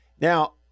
Now